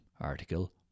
Article